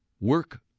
Work